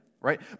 right